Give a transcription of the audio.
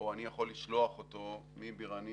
או אני יכול לשלוח אותו מבירנית